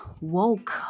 woke